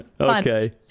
okay